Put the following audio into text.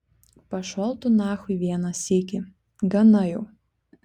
pašol tu nachui vieną sykį gana jau